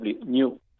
NEW